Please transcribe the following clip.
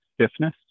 stiffness